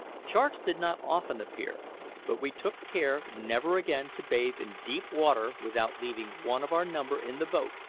sharks did not often appear but we took care never again to bathe in deep water without leaving one of our number in the boat,